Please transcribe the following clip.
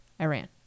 Iran